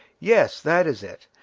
yes, that is it!